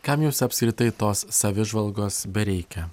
kam jums apskritai tos savižvalgos bereikia